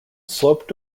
sloped